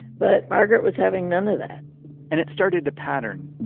but margaret was having none of that and it started a pattern.